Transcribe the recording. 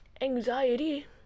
anxiety